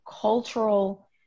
cultural